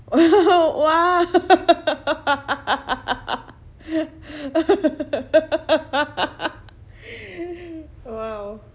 !wah! !wow!